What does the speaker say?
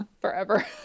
Forever